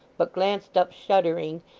but glanced up, shuddering,